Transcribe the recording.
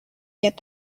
get